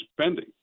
spending